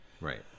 Right